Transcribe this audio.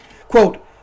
Quote